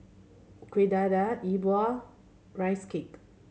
Kueh Dadar E Bua rice cake